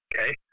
Okay